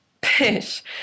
Pish